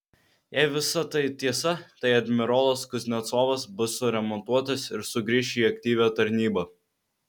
jei visa tai tiesa tai admirolas kuznecovas bus suremontuotas ir sugrįš į aktyvią tarnybą